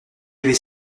avait